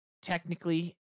technically